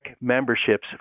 memberships